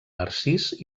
narcís